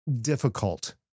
difficult